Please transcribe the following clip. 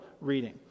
reading